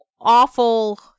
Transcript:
awful